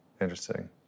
Interesting